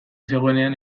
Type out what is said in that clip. zegoenean